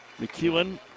McEwen